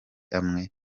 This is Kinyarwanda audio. amwe